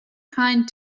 kind